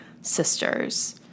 sisters